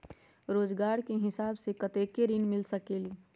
रोजगार के हिसाब से कतेक ऋण मिल सकेलि?